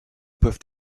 peuvent